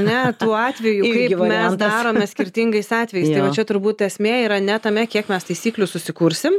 ane tuo atveju kaip mes darome skirtingais atvejais tai va čia turbūt esmė yra ne tame kiek mes taisyklių susikursim